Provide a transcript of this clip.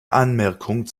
anmerkung